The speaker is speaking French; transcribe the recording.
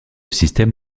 système